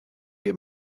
get